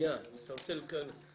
אנחנו לא מצאנו מימון לפקחי הבנייה,